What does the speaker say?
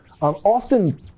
often